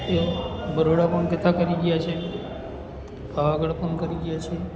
એઓ બરોડા પણ કથા કરી ગયા છે પાવાગઢ પણ કરી ગયા છે